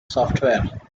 software